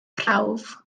prawf